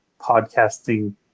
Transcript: podcasting